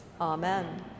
Amen